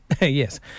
yes